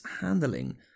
handling